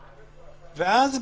ואז,